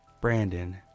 Brandon